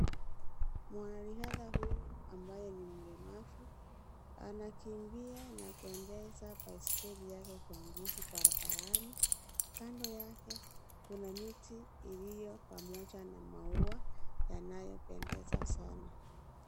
Mwanarihadha huyu ambaye ni mlemavu anakimbia na kuendesha baiskeli yake kwa nguvu barabarani, kando yake kuna miti iliyo pamoja na maua yanayopendeza sana.